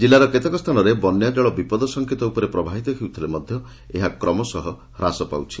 ଜିଲ୍ଲାର କେତେକ ସ୍ଥାନରେ ବନ୍ୟାଜଳ ବିପଦ ସଙ୍କେ ଉପରେ ପ୍ରବାହିତ ହେଉଥିଲେ ମଧ ଏହା କ୍ରମଶଃ ହ୍ରାସ ପାଉଛି